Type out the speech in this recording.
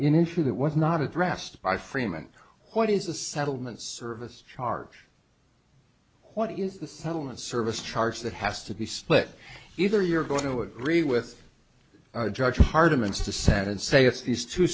initially that was not addressed by freeman what is the settlement service charge what is the settlement service charge that has to be split either you're going to agree with judge hardiman to send and say it's these two